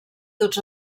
tots